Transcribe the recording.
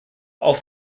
auf